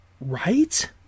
right